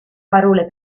parole